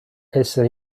essere